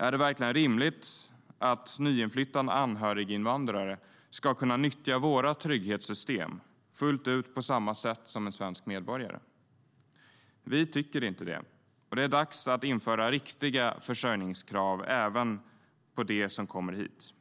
Är det verkligen rimligt att nyinflyttade anhöriginvandrare ska kunna nyttja våra trygghetssystem fullt ut på samma sätt som en svensk medborgare? Vi tycker inte det. Det är dags att införa riktiga försörjningskrav även på dem som kommer hit.